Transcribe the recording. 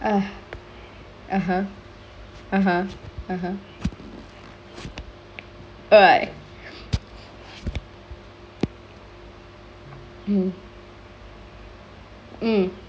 ah (uh huh) (uh huh) (uh huh) why mm mm